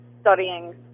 studying